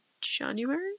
January